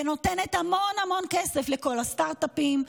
ונותנת המון המון כסף לכל הסטרטאפים,